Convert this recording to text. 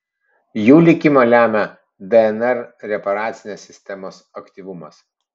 jų likimą lemia dnr reparacinės sistemos aktyvumas